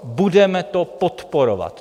Budeme to podporovat!